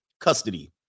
custody